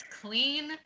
clean